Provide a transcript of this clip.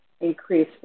increase